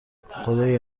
خدایا